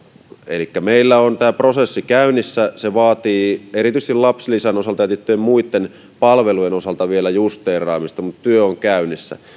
elikkä meillä on tämä prosessi käynnissä se vaatii erityisesti lapsilisän osalta ja tiettyjen muitten palvelujen osalta vielä justeeraamista mutta työ on käynnissä